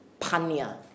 panya